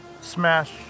Smash